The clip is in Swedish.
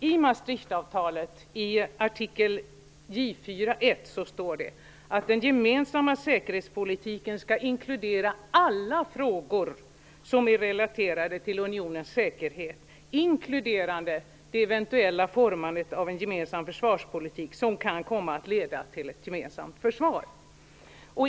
I Maastrichtavtalet i artikel J 4.1. står det att den gemensamma säkerhetspolitiken skall inkludera alla frågor som är relaterade till unionens säkerhet inkluderande det eventuella formandet av en gemensam försvarspolitik som kan komma att leda till ett gemensamt försvar.